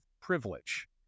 privilege